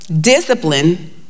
discipline